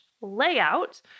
layout